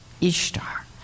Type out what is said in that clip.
Ishtar